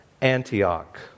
Antioch